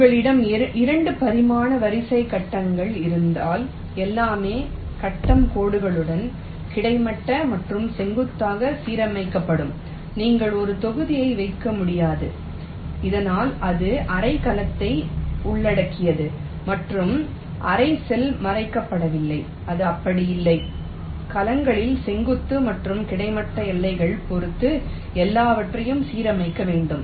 உங்களிடம் 2 பரிமாண வரிசை கட்டங்கள் இருந்தால் எல்லாமே கட்டம் கோடுகளுடன் கிடைமட்ட மற்றும் செங்குத்தாக சீரமைக்கப்படும் நீங்கள் ஒரு தொகுதியை வைக்க முடியாது இதனால் அது அரை கலத்தை உள்ளடக்கியது மற்றும் அரை செல் மறைக்கப்படவில்லை அது அப்படி இல்லை கலங்களின் செங்குத்து மற்றும் கிடைமட்ட எல்லைகளைப் பொறுத்து எல்லாவற்றையும் சீரமைக்க வேண்டும்